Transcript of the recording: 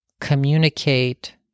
communicate